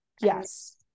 Yes